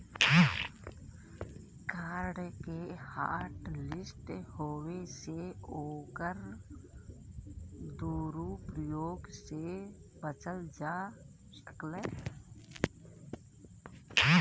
card के hotlist होये से ओकर दुरूप्रयोग से बचल जा सकलै